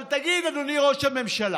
אבל תגיד, אדוני ראש הממשלה,